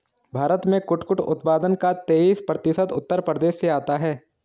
भारत में कुटकुट उत्पादन का तेईस प्रतिशत उत्तर प्रदेश से आता है